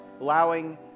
allowing